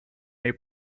may